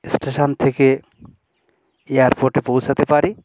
station থেকে এয়ারপোর্টে পৌঁছোতে পারি